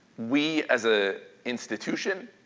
we as a institution,